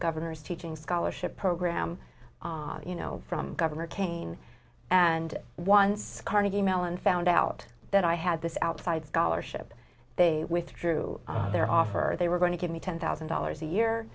governor's teaching scholarship program you know from governor kaine and once carnegie mellon found out that i had this outside scholarship they withdrew their offer they were going to give me ten thousand dollars a year